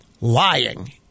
lying